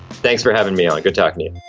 thanks for having me on. good talking to you